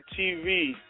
TV